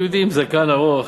יהודי עם זקן ארוך,